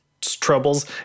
troubles